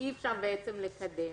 אי-אפשר לקדם,